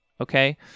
okay